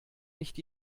nicht